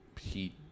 Heat